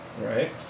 Right